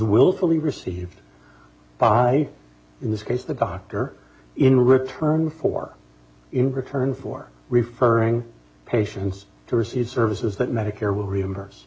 willfully received by in this case the dr in return for in return for referring patients to receive services that medicare will reimburse